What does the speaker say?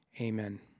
Amen